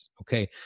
okay